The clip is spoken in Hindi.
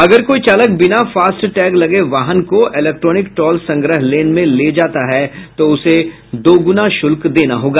अगर कोई चालक बिना फास्टैग लगे वाहन को इलेक्ट्रोनिक टोल संग्रह लेन में ले जाता है तो उसे दुगना शुल्क देना होगा